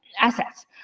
assets